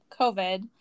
COVID